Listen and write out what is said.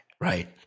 Right